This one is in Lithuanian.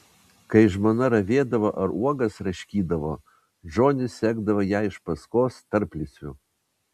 kai žmona ravėdavo ar uogas raškydavo džonis sekdavo ją iš paskos tarplysviu